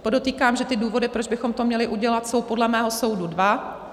Podotýkám, že ty důvody, proč bychom to měli udělat, jsou podle mého soudu dva.